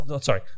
Sorry